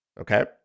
Okay